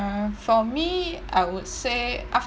uh for me I would say